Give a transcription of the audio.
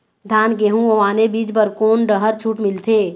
धान गेहूं अऊ आने बीज बर कोन डहर छूट मिलथे?